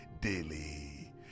Daily